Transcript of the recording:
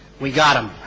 we got on